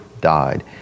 died